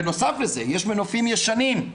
בנוסף לזה, יש מנופים ישנים,